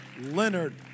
Leonard